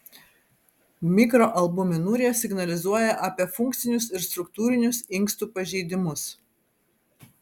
mikroalbuminurija signalizuoja apie funkcinius ir struktūrinius inkstų pažeidimus